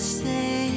say